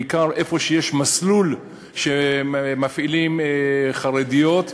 בעיקר איפה שיש מסלול שמפעיל חרדיות.